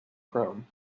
chrome